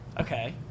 Okay